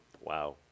wow